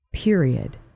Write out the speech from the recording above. Period